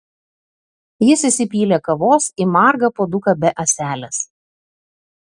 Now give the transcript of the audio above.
jis įsipylė kavos į margą puoduką be ąselės